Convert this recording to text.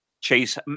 Chase